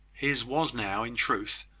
his was now, in truth,